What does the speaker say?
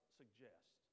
suggest